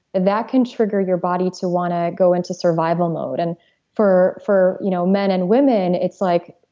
that can trigger your body to want to go into survival mode. and for for you know men and women, it's like,